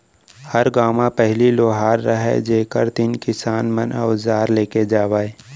हर गॉंव म पहिली लोहार रहयँ जेकर तीन किसान मन अवजार लेके जावयँ